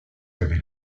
savez